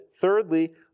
Thirdly